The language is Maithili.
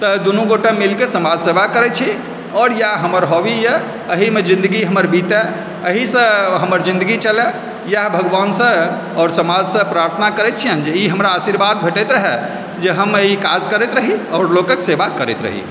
तऽ दुनूगोटे मीलकऽ समाजसेवा करै छी आओर इएह हमर हॉबी यऽ एहिमे जिन्दगी हमर बितै एहिसँ हमर जिन्दगी चलए इएह भगवानसँ आओर समाजसँ प्राथना करए छियनि जे ई हमरा आशीर्वाद भेटैत रहए जे हम ई काज करैत रही आओर लोककेँ सेवा करैत रही